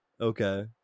okay